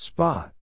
Spot